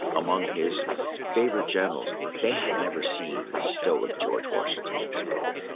among his favorite generals, they had never seen the stoic george washington explode.